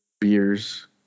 beers